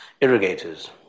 irrigators